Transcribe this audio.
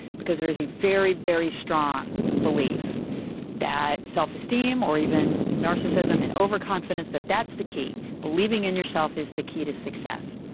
because there is a very, very strong belief that self-esteem or even narcissism and overconfidence, that that's the key, believing in yourself is the key to success.